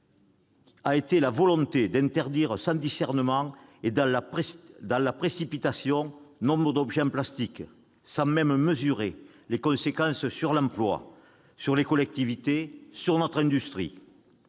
nationale d'interdire sans discernement et dans la précipitation nombre d'objets en plastique, sans même en mesurer les conséquences pour l'emploi, les collectivités, notre industrie,